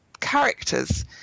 characters